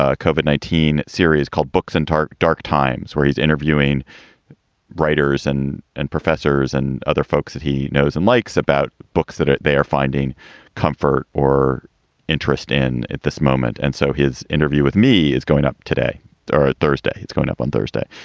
ah coverthe nineteen series called books and dark, dark times, where he's interviewing writers and and professors and other folks that he knows and likes about books that they are finding comfort or interest in. at this moment. and so his interview with me is going up today or thursday. it's going up on thursday.